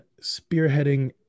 spearheading